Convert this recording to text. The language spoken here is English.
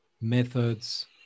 methods